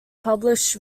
publish